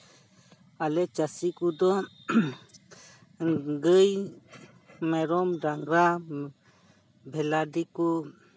ᱟᱞᱮ ᱪᱟᱹᱥᱤ ᱠᱚᱫᱚ ᱜᱟᱹᱭ ᱢᱮᱨᱚᱢ ᱰᱟᱝᱨᱟ ᱵᱷᱮᱰᱤ ᱠᱚ